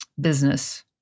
business